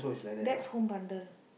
that's home bundle